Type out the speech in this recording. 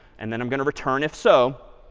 and then i'm going to return if so.